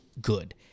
good